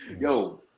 yo